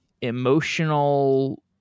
emotional